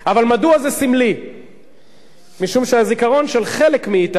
משום שהזיכרון של חלק מאתנו אינו נחלש השבוע,